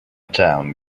town